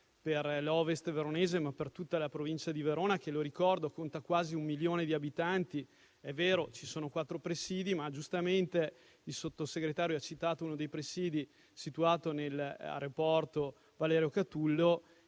per l'Ovest veronese, ma per tutta la provincia di Verona che - lo ricordo - conta quasi un milione di abitanti. È vero, ci sono quattro presidi, ma giustamente il Sottosegretario ha citato uno di essi situato nell'aeroporto Valerio Catullo